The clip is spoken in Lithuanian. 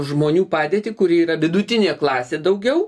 žmonių padėtį kuri yra vidutinė klasė daugiau